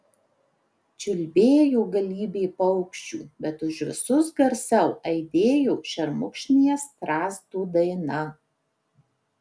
čiulbėjo galybė paukščių bet už visus garsiau aidėjo šermukšnyje strazdo daina